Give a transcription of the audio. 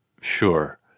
Sure